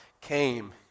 came